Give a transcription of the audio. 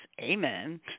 amen